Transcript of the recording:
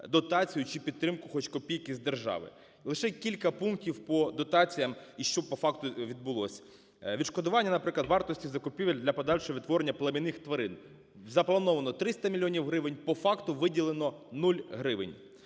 дотацію чи підтримку хоч копійку з держави. Лише кілька пунктів по дотаціям і що по факту відбулося. Відшкодування, наприклад, вартості закупівель для подальшого відтворення племінних тварин: заплановано 300 мільйонів гривень, по факту виділено нуль